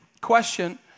question